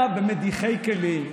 גינזבורג.